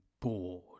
bored